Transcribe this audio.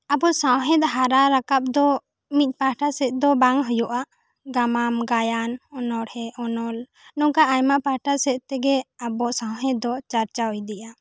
ᱟᱵᱚ ᱥᱟᱶᱦᱮᱫ ᱦᱟᱨᱟ ᱨᱟᱠᱟᱵ ᱫᱚ ᱢᱤᱫ ᱯᱟᱦᱴᱟ ᱥᱮᱫ ᱫᱚ ᱵᱟᱝ ᱦᱩᱭᱩᱜᱼᱟ ᱜᱟᱢᱟᱢ ᱜᱟᱭᱟᱱ ᱚᱱᱚᱬᱦᱮ ᱚᱱᱚᱞ ᱱᱚᱝᱠᱟ ᱟᱭᱢᱟ ᱯᱟᱦᱴᱟ ᱥᱮᱫ ᱛᱮᱜᱮ ᱟᱵᱚ ᱥᱟᱶᱦᱮᱫ ᱫᱚ ᱪᱟᱨᱪᱟᱣ ᱤᱫᱤᱜᱼᱟ